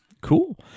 Cool